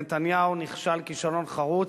נתניהו נכשל כישלון חרוץ,